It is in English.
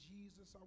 Jesus